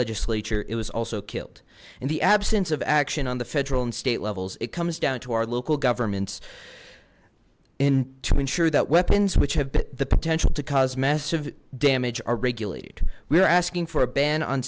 legislature it was also killed in the absence of action on the federal and state levels it comes down to our local governments in to ensure that weapons which have bit the potential to cause massive damage are regulated we are asking for a ban on